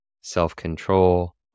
self-control